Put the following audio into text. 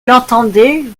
l’entendez